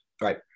Right